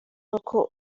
uko